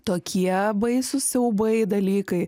tokie baisūs siaubai dalykai